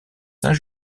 saint